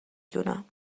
دونم